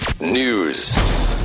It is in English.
News